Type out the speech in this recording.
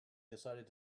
decided